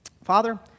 Father